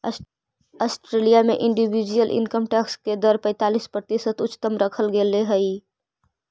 Australia में individual income tax के दर पैंतालीस प्रतिशत उच्चतम रखल गेले हई